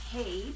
Hey